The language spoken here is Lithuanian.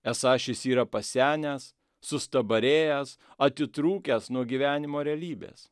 esą šis yra pasenęs sustabarėjęs atitrūkęs nuo gyvenimo realybės